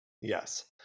yes